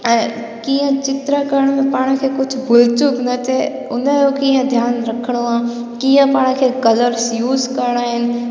ऐं कीअं चित्र करणु पाण खे कुझु भूलचुक न थिए उन जो कीअं ध्यानु रखिणो आहे कीअं पाण खे कलर्स यूस करणा आहिनि